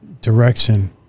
direction